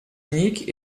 unique